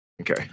Okay